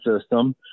system